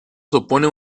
supone